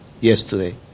yesterday